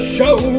Show